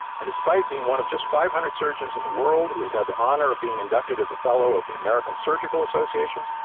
and despite being one of just five hundred surgeons in the world who has had the honor of being inducted as a fellow of the american surgical association,